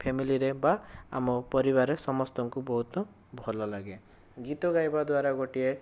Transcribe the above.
ଫ୍ୟାମିଲିରେ ବା ଆମ ପରିବାରରେ ସମସ୍ତଙ୍କୁ ବହୁତ ଭଲ ଲାଗେ ଗୀତ ଗାଇବା ଦ୍ୱାରା ଗୋଟିଏ